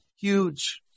huge